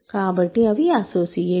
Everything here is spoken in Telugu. కాబట్టి అవి అసోసియేట్స్